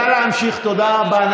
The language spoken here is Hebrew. תודה רבה.